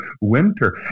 Winter